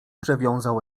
przewiązał